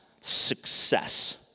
success